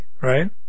right